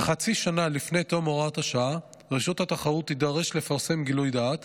כחצי שנה לפני תום הוראת השעה רשות התחרות תידרש לפרסם גילוי דעת